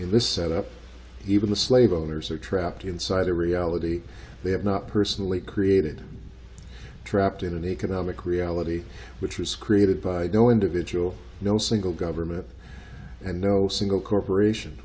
in this set up even the slave owners are trapped inside a reality they have not personally created trapped in an economic reality which was created by no individual no single government and no single corporation